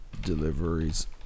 deliveries